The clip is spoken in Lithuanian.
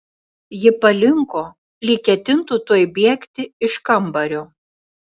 ji palinko lyg ketintų tuoj bėgti iš kambario